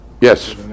yes